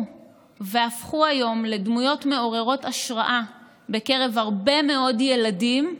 והפכו היום לדמויות מעוררות השראה בקרב הרבה מאוד ילדים,